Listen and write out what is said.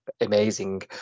amazing